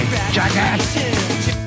Jackass